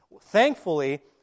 Thankfully